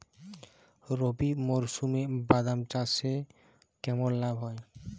রবি মরশুমে বাদাম চাষে কেমন লাভ হয়?